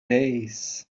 days